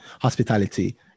hospitality